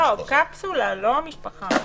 לא, קפסולה, לא משפחה.